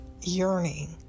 yearning